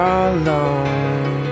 alone